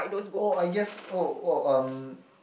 oh I guess oh oh um